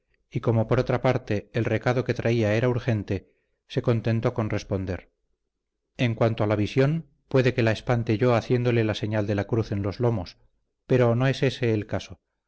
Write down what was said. y como por otra parte el recado que traía era urgente se contentó con responder en cuanto a la visión puede que la espante yo haciéndole la señal de la cruz en los lomos pero no es ese el caso